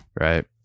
Right